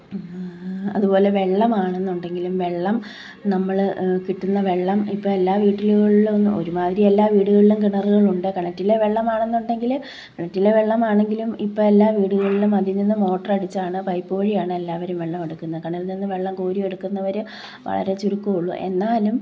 അതുപോലെ വെള്ളം ആണെന്നുണ്ടെങ്കിലും വെള്ളം നമ്മൾ കിട്ടുന്ന വെള്ളം ഇപ്പം എല്ലാ വീടുകളിലും ഇന്ന് ഒരുമാതിരി എല്ലാ വീടുകളിലും കിണറുകൾ ഉണ്ട് കിണറ്റിലെ വെള്ളം ആണെന്നുണ്ടെങ്കിൽ കിണറ്റിലെ വെള്ളം ആണെങ്കിലും ഇപ്പം എല്ലാ വീടുകളിലും അതിൽ നിന്ന് മോട്ടോർ അടിച്ചാണ് പൈപ്പ് വഴിയാണ് എല്ലാവരും വെള്ളം എടുക്കുന്നത് കിണറില് നിന്ന് വെള്ളം കോരി എടുക്കുന്നവർ വളരെ ചുരുക്കം ഉള്ളൂ എന്നാലും